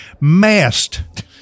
masked